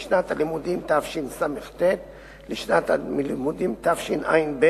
משנת הלימודים תשס"ט לשנת הלימודים תשע"ב,